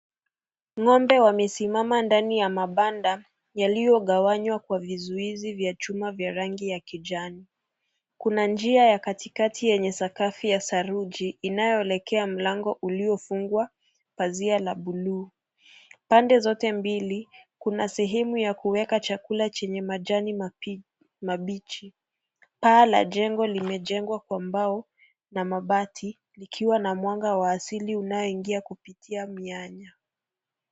Ng'ombe wamesimama ndani ya mabanda yaliyogawanywa kwa vizuizi vya chuma vya rangi ya kijani. Kuna njia ya katikati yenye sakafu ya saruji inayoelekea mlango uliofungwa pazia la buluu. Pande zote mbili kuna sehemu ya kuweka chakula chenye majani mabichi. Paa la jengo limejengwa kwa mbao na mabati likiwa na mwanga wa asili unayoingia kupitia mianya.